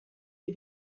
dir